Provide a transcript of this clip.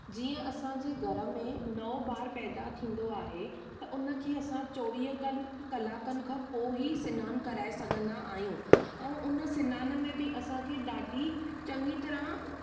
जीअं असांजे घर में नओं ॿारु पैदा थींदो आहे त उनखे असां चोवीह कल कलाकनि खां पोइ ई सनानु कराए सघंदा आहियूं ऐं उन सनान में बि असांखे ॾाढी चङी तरह